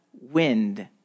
wind